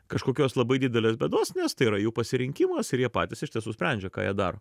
kažkokios labai didelės bėdos nes tai yra jų pasirinkimas ir jie patys iš tiesų sprendžia ką jie daro